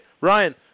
Ryan